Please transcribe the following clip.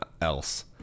else